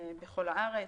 בכל הארץ.